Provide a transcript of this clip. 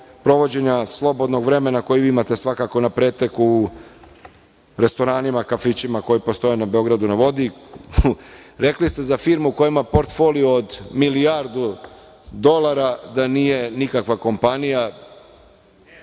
provođenja slobodnog vremena kojeg imate svakako na pretek u restoranima, kafićima koji postoje u Beogradu na vodi. Rekli ste za firme u kojima je portfolio od milijardu dolara da nije nikakva kompanija,